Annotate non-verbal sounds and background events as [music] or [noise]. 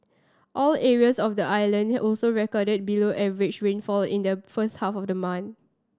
all areas of the island [unintelligible] also recorded below average rainfall in the first half of the month